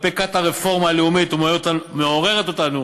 כלפי כת הרפורמה הלאומית ומעוררת אותנו